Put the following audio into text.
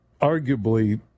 arguably